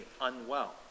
unwell